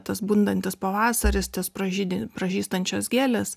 tas bundantis pavasaris ties pražystančios gėlės